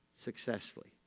successfully